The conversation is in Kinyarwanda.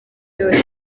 yose